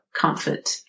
comfort